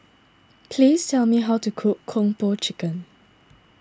please tell me how to cook Kung Po Chicken